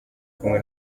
kumwe